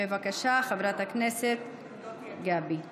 בבקשה, חברת הכנסת גבי לסקי.